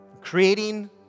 creating